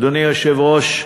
אדוני היושב-ראש,